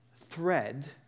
thread